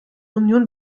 union